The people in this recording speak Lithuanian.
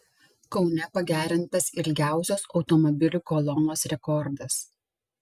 kaune pagerintas ilgiausios automobilių kolonos rekordas